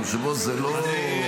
היושב-ראש, זה לא דו-שיח.